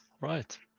Right